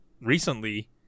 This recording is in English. recently